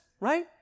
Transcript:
right